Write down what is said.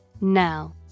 now